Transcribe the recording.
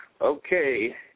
Okay